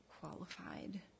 qualified